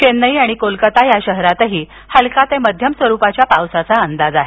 चेन्नई आणि कोलकता या शहरांतही हलका ते मध्यम स्वरूपाच्या पावसाचा अंदाज आहे